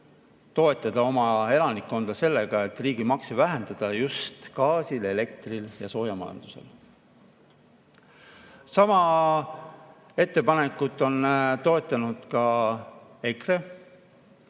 toetada oma elanikkonda sellega, et riigimakse vähendada just gaasil, elektril ja soojamajandusel. Sama ettepanekut on toetanud ka EKRE